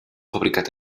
fabricat